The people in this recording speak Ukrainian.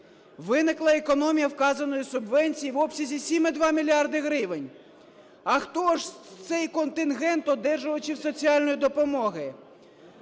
виникла економія вказаної субвенції в обсязі 7,2 мільярди гривень". А хто ж цей контингент одержувачів соціальної допомоги?